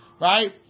Right